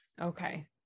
Okay